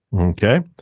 Okay